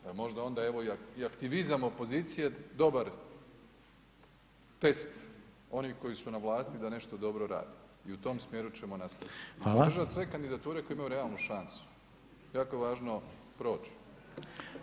Pa možda onda evo i aktivizam opozicije dobar test onih koji su na vlasti da nešto dobro rade i u tom smjeru ćemo nastaviti [[Upadica: Hvala.]] držat sve kandidature koje imaju realnu šansu jako je važno proći.